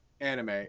anime